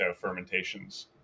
fermentations